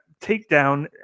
takedown